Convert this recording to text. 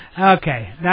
Okay